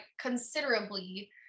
considerably